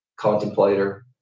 contemplator